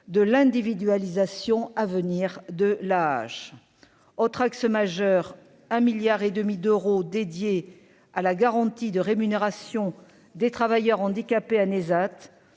de l'individualisation à venir de la autre axe majeur, un milliard et demi d'euros dédié à la garantie de rémunération des travailleurs handicapés à Neshat